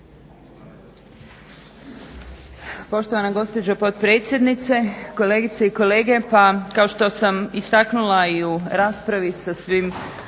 Poštovana gospođo potpredsjednice, kolegice i kolege, pa kao što sam istaknula i u raspravi sa svim